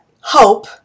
hope